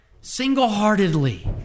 single-heartedly